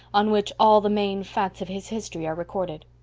on which all the main facts of his history are recorded.